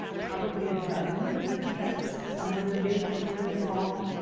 probably a dozen different events some really big, some really small.